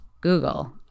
Google